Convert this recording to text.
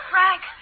Frank